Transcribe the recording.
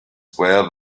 where